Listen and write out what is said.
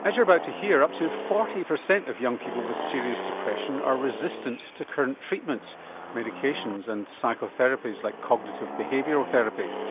as you're about to hear, up to forty per cent of young people with serious depression are resistant to current treatments medications and psychotherapies like cognitive behavioural therapy.